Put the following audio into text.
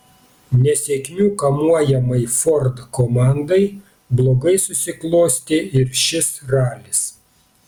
nesėkmių kamuojamai ford komandai blogai susiklostė ir šis ralis